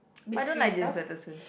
I don't like James-Patterson